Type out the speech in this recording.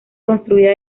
construida